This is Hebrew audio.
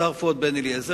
השר פואד בן-אליעזר,